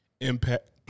impact